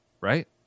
right